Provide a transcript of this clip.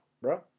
bro